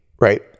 Right